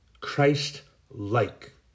Christ-like